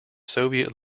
soviet